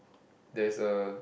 there's a